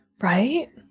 Right